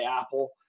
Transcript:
Apple